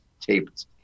taped